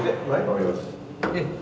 is that mine or yours eh